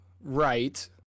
right